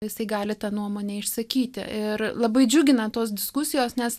jisai gali tą nuomonę išsakyti ir labai džiugina tos diskusijos nes